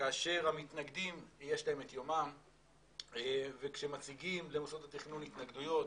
כאשר למתנגדים יש את יומם וכאשר מציגים למוסדות התכנון התנגדויות,